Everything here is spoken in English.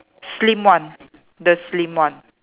slim one the slim one